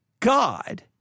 God